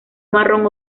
marrón